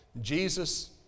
Jesus